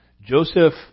Joseph